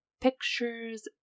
pictures